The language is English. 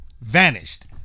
Vanished